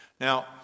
Now